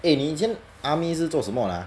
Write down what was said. eh 你这样 army 是做什么的 ah